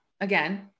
again